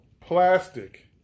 plastic